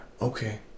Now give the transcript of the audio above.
Okay